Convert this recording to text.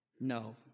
No